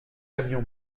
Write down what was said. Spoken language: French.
camion